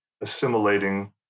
assimilating